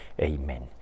Amen